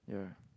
yeah